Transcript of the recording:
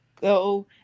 Go